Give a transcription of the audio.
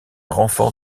renfort